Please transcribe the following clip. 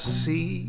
see